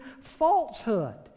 falsehood